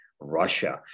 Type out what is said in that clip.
Russia